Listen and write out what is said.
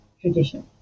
tradition